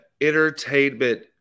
entertainment